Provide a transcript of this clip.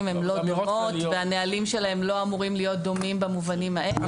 הם לא זהות והנהלים שלהם לא אמורים להיות דומים במובנים האלה.